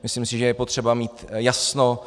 Myslím si, že je potřeba mít jasno.